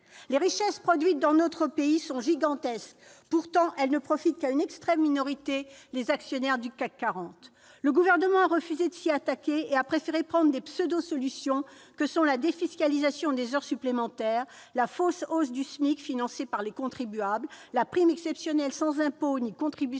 Les richesses produites dans notre pays sont gigantesques. Pourtant, elles ne profitent qu'à une extrême minorité : les actionnaires du CAC 40. Le Gouvernement a refusé de s'y attaquer. Il a préféré les pseudo-solutions que sont la défiscalisation des heures supplémentaires, la fausse hausse du SMIC, financée par les contribuables, la prime exceptionnelle sans impôt ni contribution